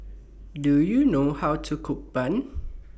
Do YOU know How to Cook Bun